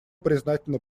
признательны